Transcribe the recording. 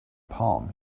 palm